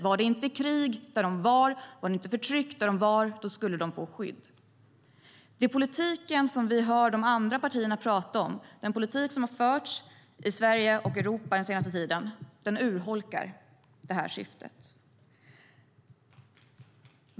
Var det inte krig och förtryck där de fanns skulle de få skydd. Den politik som vi hör de andra partierna prata om, den politik som har förts i Sverige och i Europa under den senaste tiden urholkar syftet med asyl.